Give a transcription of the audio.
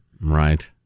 Right